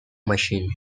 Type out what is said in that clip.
machine